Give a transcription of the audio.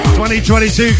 2022